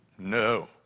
No